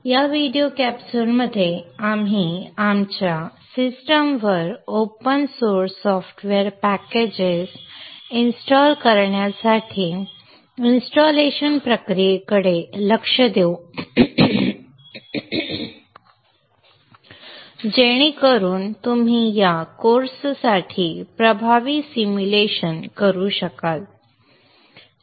या व्हिडीओ कॅप्सूलमध्ये आपण सिस्टमवर open source software packages install करण्यासाठी इन्स्टॉलेशन प्रक्रियेकडे लक्ष देऊ जेणेकरून आपण या कोर्ससाठी प्रभावी सिम्युलेशन करू शकाल